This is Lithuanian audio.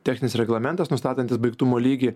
techninis reglamentas nustatantis baigtumo lygį